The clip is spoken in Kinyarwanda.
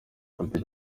ati